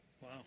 Wow